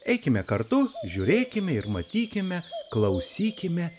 eikime kartu žiūrėkime ir matykime klausykime